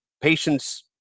Patients